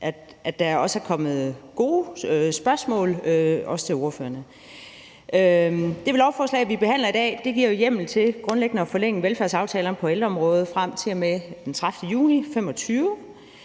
at der er kommet gode spørgsmål. Det lovforslag, vi behandler i dag, giver jo hjemmel til grundlæggende at forlænge velfærdsaftalerne på ældreområdet frem til og med den 30. juni 2025.